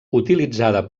utilitzada